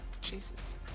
Jesus